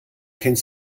kennt